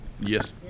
Yes